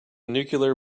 nuclear